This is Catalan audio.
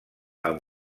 amb